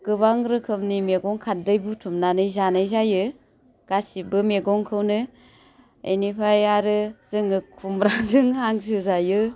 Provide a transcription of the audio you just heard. गोबां रोखोमनि मैगं खारदै बुथुमनानै जानाय जायो गासिबो मैगंखौनो बेनिफ्राय आरो जोङो खुमब्राजों हांसो जायो